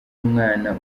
umwana